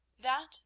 That